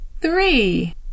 Three